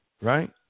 Right